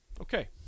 Okay